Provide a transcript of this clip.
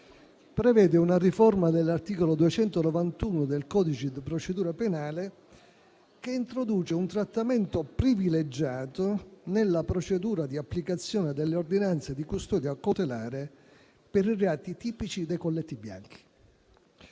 prevede una riforma dell'articolo 291 del codice di procedura penale, che introduce un trattamento privilegiato nella procedura di applicazione delle ordinanze di custodia cautelare per i reati tipici dei colletti bianchi.